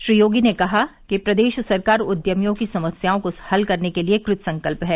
श्री योगी ने कहा कि प्रदेश सरकार उद्यमियों की समस्याओं को हल करने के लिए कृतसंकल्प है